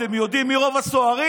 אתם יודעים מי רוב הסוהרים?